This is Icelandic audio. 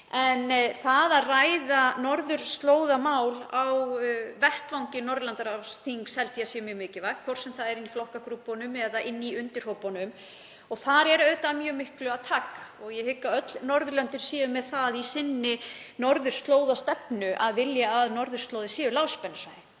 En það að ræða norðurslóðamál á vettvangi Norðurlandaráðsþings held ég að sé mjög mikilvægt, hvort sem það er í flokkagrúppunum eða í undirhópunum. Þar er auðvitað af mjög mörgu að taka og ég hygg að öll Norðurlöndin séu með það í sinni norðurslóðastefnu að vilja að norðurslóðir séu lágspennusvæði.